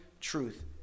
truth